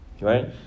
right